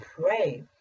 pray